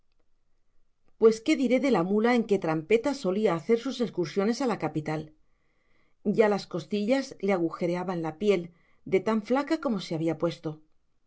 pues qué diré de la mula en que trampeta solía hacer sus excursiones a la capital ya las costillas le agujereaban la piel de tan flaca como se había puesto